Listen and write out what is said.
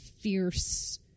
fierce